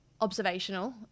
observational